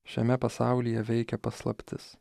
šiame pasaulyje veikia paslaptis